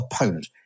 opponent